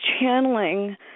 channeling